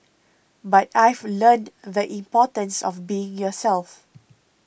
but I've learnt the importance of being yourself